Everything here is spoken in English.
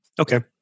okay